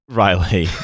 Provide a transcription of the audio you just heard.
riley